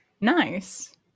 nice